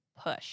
push